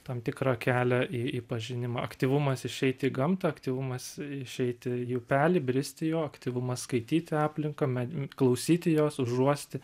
tam tikrą kelią į į pažinimą aktyvumas išeiti į gamtą aktyvumas išeiti į upelį bristi jo aktyvumas skaityti aplinką med klausyti jos užuosti